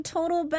Total